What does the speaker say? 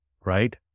right